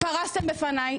פרסתם בפניי,